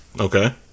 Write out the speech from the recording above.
Okay